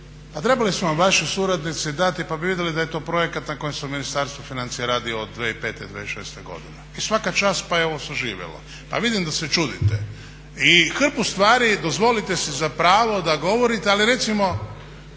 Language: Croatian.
pa trebali su vam vaši suradnici dati pa bi vidjeli da je to projekt na kojem se u Ministarstvu financija radi od 2005., 2006. godine. I svaka čast pa je evo saživjela. Pa vidim da se čudite. I hrpu stvari dozvolite si za pravo da govorite ali recimo